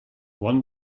one